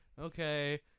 okay